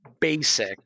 basic